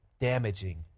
damaging